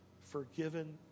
forgiven